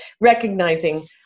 recognizing